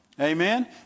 Amen